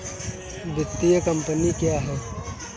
वित्तीय कम्पनी क्या है?